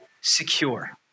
secure